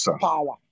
power